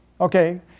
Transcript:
Okay